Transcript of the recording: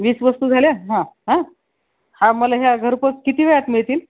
वीस वस्तू झाल्या हां हां हां मला ह्या घरपोच किती वेळात मिळतील